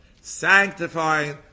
sanctifying